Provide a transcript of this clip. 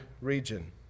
region